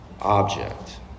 object